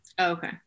Okay